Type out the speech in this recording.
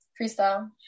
Freestyle